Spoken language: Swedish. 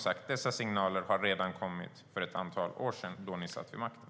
Signalerna kom för ett antal år sedan när ni satt vid makten.